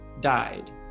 died